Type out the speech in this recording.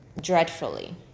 dreadfully